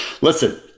Listen